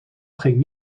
ging